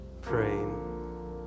praying